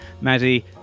Maddie